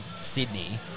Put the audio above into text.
Sydney